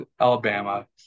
Alabama